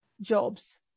Job's